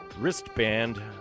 wristband